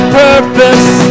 purpose